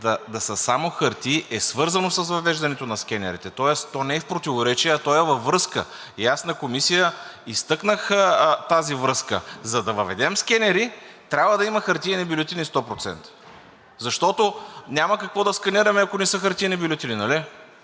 да са само хартии, е свързано с въвеждането на скенерите. Тоест, то не е в противоречие, а то е във връзка. И аз в Комисията изтъкнах тази връзка, за да въведем скенери, трябва да има хартиени бюлетини 100%, защото няма какво да сканираме, ако не са хартиени бюлетини, нали?